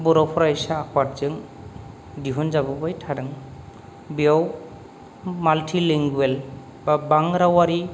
बर' फरायसा आफादजों दिहुनजाबोबाय थादों बेयाव माल्ति लिंगुवेल बा बां रावारि